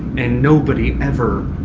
and nobody ever.